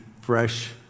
fresh